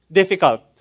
difficult